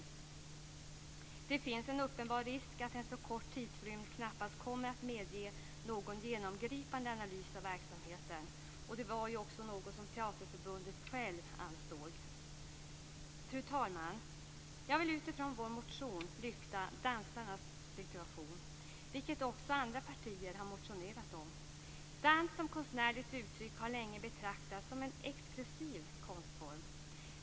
Det finns en uppenbar risk med en så kort tidsrymd. Den kommer knappast att medge en genomgripande analys av verksamheten. Och det är något som Teaterförbundet självt ansåg. Fru talman! Jag vill utifrån vår motion lyfta dansarnas situation, vilket också andra partier har motionerat om. Dans som konstnärligt uttryck har länge betraktats som en exklusiv konstform.